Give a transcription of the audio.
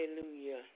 Hallelujah